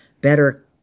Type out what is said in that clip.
better